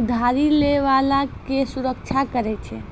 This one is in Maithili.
उधारी लै बाला के सुरक्षा करै छै